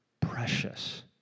precious